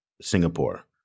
Singapore